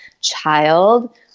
child